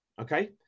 okay